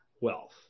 wealth